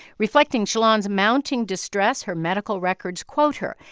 reflecting shalon's mounting distress, her medical records quote her,